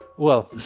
well,